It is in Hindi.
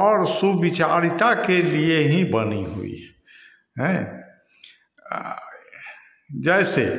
और सुविचारिता के लिए ही बनी हुई है हैं जैसे